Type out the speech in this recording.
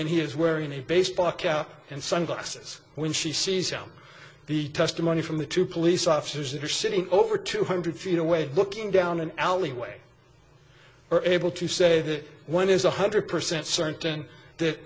and he is wearing a baseball cap and sunglasses when she sees him be testimony from the two police officers that are sitting over two hundred feet away looking down an alleyway are able to say that one is one hundred percent certain that